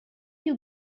you